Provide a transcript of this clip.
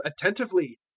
attentively